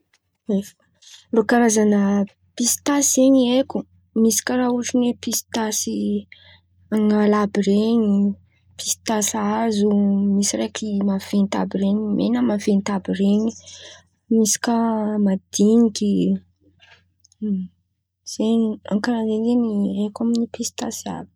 rô Karazan̈a pisitasy haiko zen̈y, misy karà ôtriny hoe: pisitasy an̈'ala àby ren̈y, pisitasy hazo, misy raiky maventy àby ren̈y mena maventy àby ren̈y, misy kà madiniky, karà zen̈y lay haiko amin̈'ny pisitasy.